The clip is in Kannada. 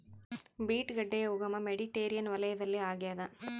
ಬೀಟ್ ಗಡ್ಡೆಯ ಉಗಮ ಮೆಡಿಟೇರಿಯನ್ ವಲಯದಲ್ಲಿ ಆಗ್ಯಾದ